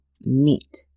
meet